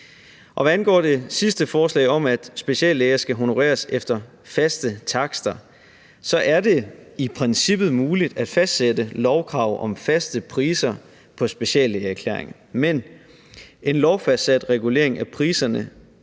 Hvad angår det sidste forslag om, at speciallæger skal honoreres efter faste takster, er det i princippet muligt at fastsætte lovkrav om faste priser på speciallægeerklæringer, men en lovfastsat regulering af priserne